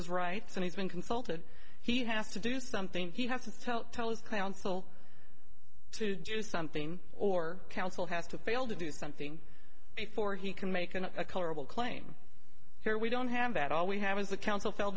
his rights and he's been consulted he has to do something he has to tell tell us counsel to do something or counsel has to fail to do something before he can make a colorable claim here we don't have that all we have is the council f